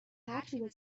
حرفی